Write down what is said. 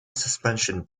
suspension